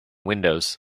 windows